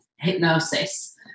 hypnosis